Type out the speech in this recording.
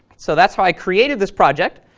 so that's how i created this project,